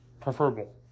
preferable